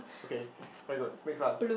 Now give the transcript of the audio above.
okay very good next one